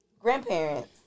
grandparents